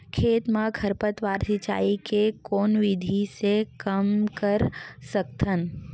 खेत म खरपतवार सिंचाई के कोन विधि से कम कर सकथन?